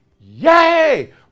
Yay